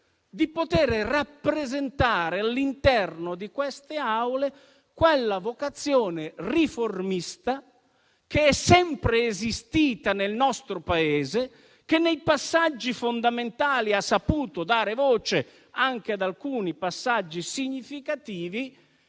di poter rappresentare all'interno di queste Aule quella vocazione riformista che è sempre esistita nel nostro Paese, che nei passaggi fondamentali ha saputo dare voce anche ad alcuni momenti significativi